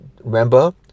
remember